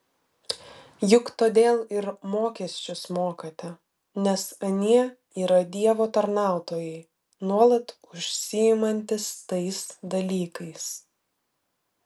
juk todėl ir mokesčius mokate nes anie yra dievo tarnautojai nuolat užsiimantys tais dalykais